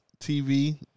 TV